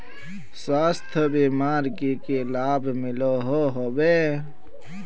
स्वास्थ्य बीमार की की लाभ मिलोहो होबे?